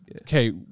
okay